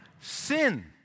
sin